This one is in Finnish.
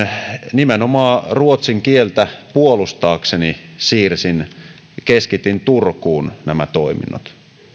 nimenomaan ruotsin kieltä puolustaakseni keskitin turkuun nämä toiminnot